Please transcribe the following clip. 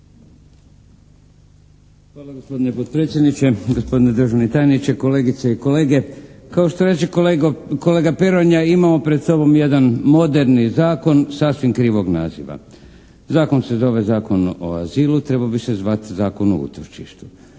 Hvala gospodine potpredsjedniče, gospodine državni tajniče, kolegice i kolege. Kao što reče kolega Peronja imamo pred sobom jedan moderni zakon sasvim krivog naziva. Zakon se zove Zakon o azilu, trebao bi se zvati Zakon o utočištu.